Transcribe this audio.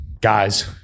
guys